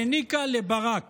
העניקה לברק